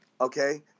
okay